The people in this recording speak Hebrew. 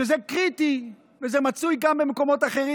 שזה קריטי, וזה מצוי גם במקומות אחרים.